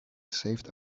saved